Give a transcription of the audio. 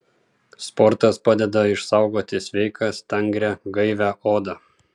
sportas padeda išsaugoti sveiką stangrią gaivią odą